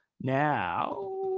Now